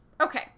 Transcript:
Okay